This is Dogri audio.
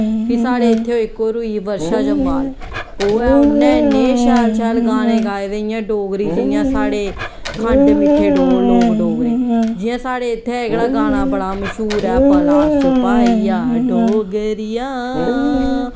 फ्ही साढ़े इत्थें इक होर होई बर्षा जम्बाल ओह् ऐ उ'न्नै इन्ने शैल शैल गाने गाए दे इ'यां डोगरी जियां साढ़े खंड मिट्ठे लोग डोगरे जियां साढ़े इत्थें एह्कड़ा गाना बड़ा मश्हूर ऐ भला शपाईया डोगरेआ